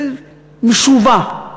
משובה,